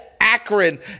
Akron